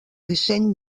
disseny